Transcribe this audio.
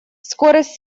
скорость